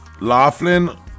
Laughlin